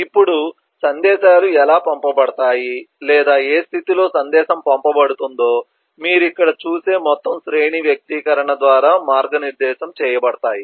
ఇప్పుడు సందేశాలు ఎలా పంపబడతాయి లేదా ఏ స్థితిలో సందేశం పంపబడుతుందో మీరు ఇక్కడ చూసే మొత్తం శ్రేణి వ్యక్తీకరణ ద్వారా మార్గనిర్దేశం చేయబడతాయి